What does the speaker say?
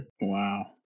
Wow